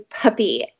puppy